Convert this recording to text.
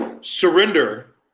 surrender